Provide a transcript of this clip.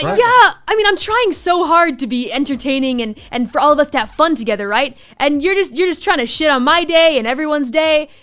yeah i mean i'm trying so hard to be entertaining and and for all of us to have fun together. and you're just you're just trying to shit on my day and everyone's day.